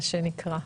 מה שנקרא.